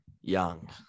Young